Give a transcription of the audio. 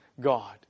God